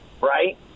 right